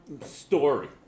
story